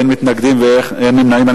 אין מתנגדים ואין נמנעים.